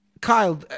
kyle